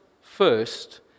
first